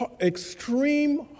extreme